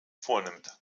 vornimmt